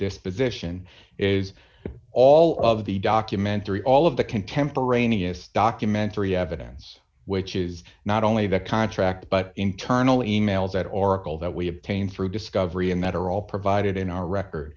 disposition is all of the documentary all of the contemporaneous documentary evidence which is not only of a contract but internal emails at oracle that we obtained through discovery and that are all provided in our record